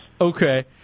Okay